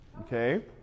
Okay